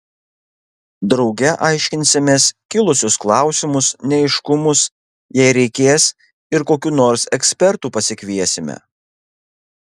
drauge aiškinsimės kilusius klausimus neaiškumus jei reikės ir kokių nors ekspertų pasikviesime